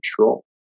control